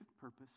purpose